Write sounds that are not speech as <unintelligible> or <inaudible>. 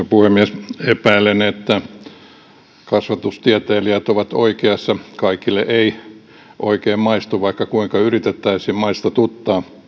<unintelligible> puhemies epäilen että kasvatustieteilijät ovat oikeassa kaikille ei oikein maistu teoreettisesti värittynyt opetus vaikka kuinka yritettäisiin maistatuttaa